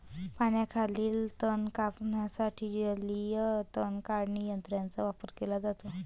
पाण्याखालील तण कापण्यासाठी जलीय तण काढणी यंत्राचा वापर केला जातो